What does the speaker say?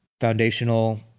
foundational